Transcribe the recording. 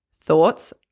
thoughts